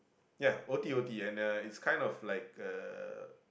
ya o_t_o_t and uh it's kind of like a